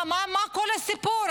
מה כל הסיפור,